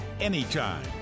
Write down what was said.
anytime